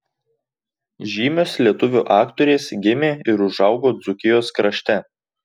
žymios lietuvių aktorės gimė ir užaugo dzūkijos krašte